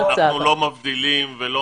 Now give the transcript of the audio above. אנחנו לא מבדילים ולא